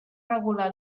regular